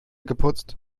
geputzt